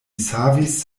savis